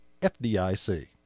FDIC